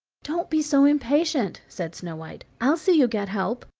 don't be so impatient, said snow-white, i'll see you get help,